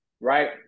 right